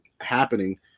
happening